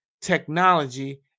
technology